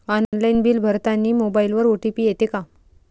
Online bill भरतानी मोबाईलवर OTP येते का?